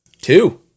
Two